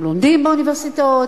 הם לומדים באוניברסיטאות,